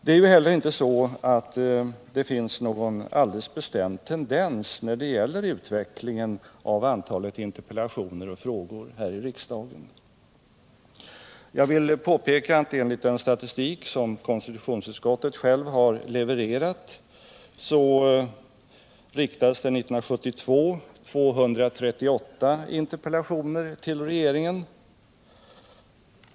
Det är ju heller inte så att det finns någon alldeles bestämd tendens när det gäller utvecklingen av antalet interpellationer och frågor här i riksdagen. Jag vill påpeka att enligt den statistik som konstitutionsutskottet självt har levererat, så riktades det 1972 238 interpellationer till regeringen.